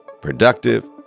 productive